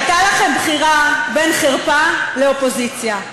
הייתה לכם בחירה בין חרפה לאופוזיציה,